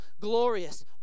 glorious